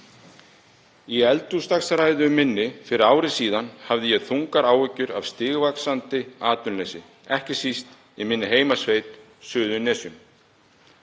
Í eldhúsdagsræðu minni fyrir ári hafði ég þungar áhyggjur af stigvaxandi atvinnuleysi, ekki síst í minni heimasveit, Suðurnesjunum.